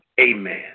amen